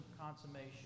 consummation